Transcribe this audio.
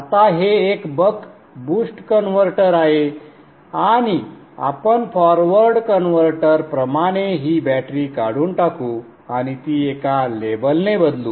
आता हे एक बक बूस्ट कन्व्हर्टर आहे आणि आपण फॉरवर्ड कन्व्हर्टर प्रमाणे ही बॅटरी काढून टाकू आणि ती एका लेबलने बदलू